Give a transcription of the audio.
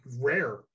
rare